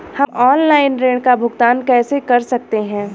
हम ऑनलाइन ऋण का भुगतान कैसे कर सकते हैं?